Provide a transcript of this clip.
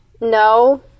no